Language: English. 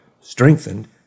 strengthened